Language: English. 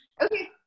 Okay